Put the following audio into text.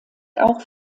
auch